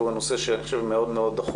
והוא הנושא שאני חושב שהוא מאוד דחוף,